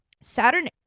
Saturn